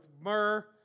myrrh